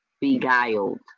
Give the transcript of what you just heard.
beguiled